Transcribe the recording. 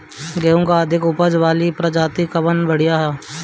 गेहूँ क अधिक ऊपज वाली प्रजाति कवन बढ़ियां ह?